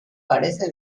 parece